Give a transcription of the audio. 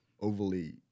overly